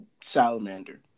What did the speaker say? salamander